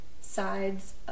sides